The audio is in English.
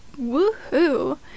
woohoo